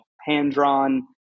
hand-drawn